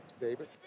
David